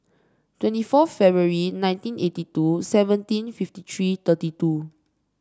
twenty four February nineteen eighty two seventeen fifty three thirty two